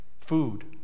food